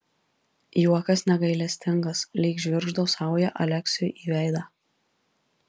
juokas negailestingas lyg žvirgždo sauja aleksiui į veidą